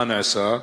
מה נעשה?